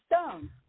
stone